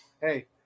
hey